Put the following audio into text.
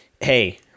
hey